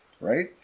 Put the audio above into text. Right